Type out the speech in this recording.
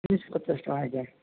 ତିନିଶହ ପଚାଶ ଟଙ୍କା ଆଜ୍ଞା